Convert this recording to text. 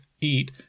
eat